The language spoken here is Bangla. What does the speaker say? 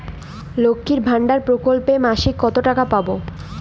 লক্ষ্মীর ভান্ডার প্রকল্পে মাসিক কত টাকা পাব?